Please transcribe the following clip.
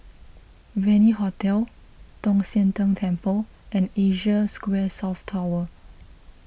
Venue Hotel Tong Sian Tng Temple and Asia Square South Tower